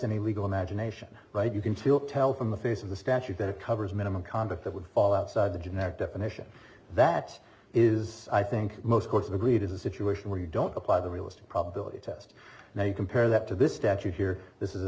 any legal imagination right you can still tell from the face of the statute that it covers minimum conduct that would fall outside the generic definition that is i think most course agreed is a situation where you don't apply the realistic probability test now you compare that to this statute here this is